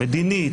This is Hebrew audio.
המדינית,